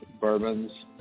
bourbons